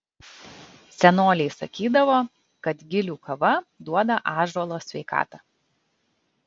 senoliai sakydavo kad gilių kava duoda ąžuolo sveikatą